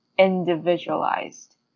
individualized